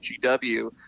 GW